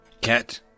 Cat